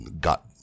got